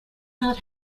not